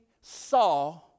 saw